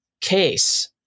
case